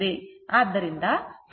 ಆದ್ದರಿಂದ ϕ ಕೋನವು ಧನಾತ್ಮಕವಾಗಿರಬೇಕು